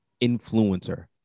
influencer